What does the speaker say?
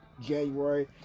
January